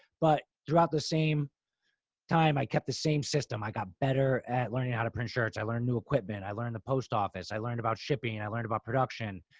but throughout the same time, i kept the same system. i got better at learning how to print shirts. i learned new equipment. i learned the post office. i learned about shipping and i learned about production.